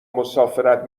مسافرت